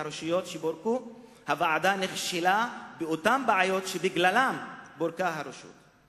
מהרשויות שפורקו הוועדה נכשלה באותן בעיות שבגללן הרשות פורקה.